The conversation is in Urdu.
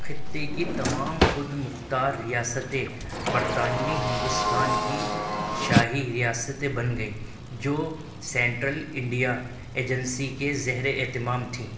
خطے کی تمام خود مُختار ریاستیں برطانوی ہندوستان کی شاہی ریاستیں بن گئیں جو سینٹرل انڈیا ایجنسی کے زیر اہتمام تھیں